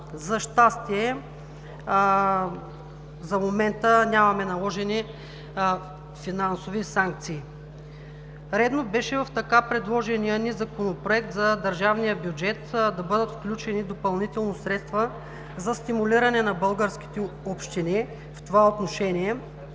За щастие, за момента нямаме наложени финансови санкции. Редно беше в предложения ни Законопроект за държавния бюджет да бъдат включени допълнително средства за стимулиране на българските общини в това отношение,